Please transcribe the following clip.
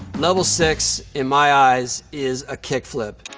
level six, in my eyes, is a kickflip.